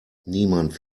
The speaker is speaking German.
niemand